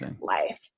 life